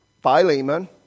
Philemon